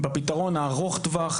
בפתרון הארוך טווח,